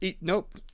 nope